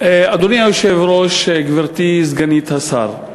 אדוני היושב-ראש, גברתי סגנית השר,